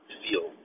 feel